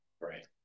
right